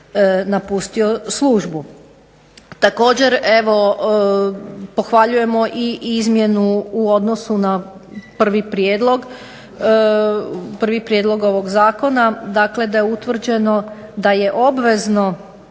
napustio službu. Također pohvaljujemo i izmjenu u odnosu na prvi prijedlog ovog zakona, da je utvrđeno da je obvezno,